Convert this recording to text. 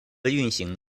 运行